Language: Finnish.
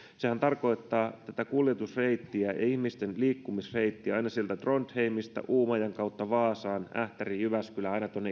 sehän tarkoittaa kuljetusreittiä ja ihmisten liikkumisreittiä aina trondheimista uumajan kautta vaasaan ähtäriin jyväskylään